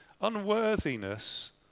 Unworthiness